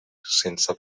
sense